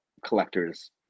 collectors